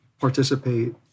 participate